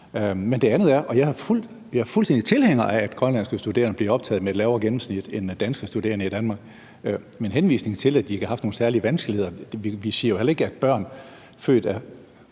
Noget andet er, at jeg er fuldstændig tilhænger af, at grønlandske studerende bliver optaget med et lavere gennemsnit end danske studerende i Danmark, men ikke med en henvisning til, at de har haft nogle særlige vanskeligheder. Vi siger jo heller ikke, at børn født af